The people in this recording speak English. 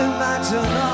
Imagine